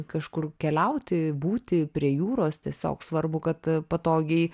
kažkur keliauti būti prie jūros tiesiog svarbu kad patogiai